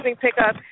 pickup